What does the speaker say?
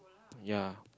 ya